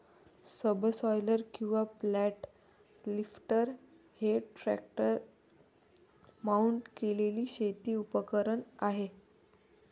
subsoiler किंवा flat lifter हे tractor mount केलेले शेती उपकरण आहे